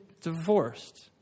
divorced